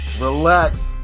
Relax